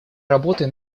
работы